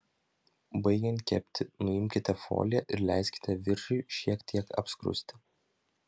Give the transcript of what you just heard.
baigiant kepti nuimkite foliją ir leiskite viršui šiek tiek apskrusti